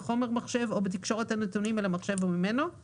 בחומר מחשב או בתקשורת הנתונים אל המחשב או ממנו;